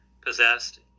possessed